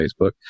Facebook